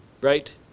right